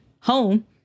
home